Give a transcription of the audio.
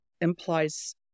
implies